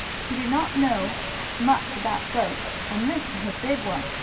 he did not know much about goats, and this was a big one,